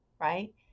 right